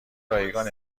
رایگان